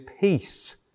peace